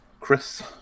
Chris